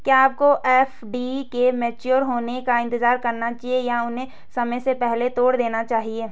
क्या आपको एफ.डी के मैच्योर होने का इंतज़ार करना चाहिए या उन्हें समय से पहले तोड़ देना चाहिए?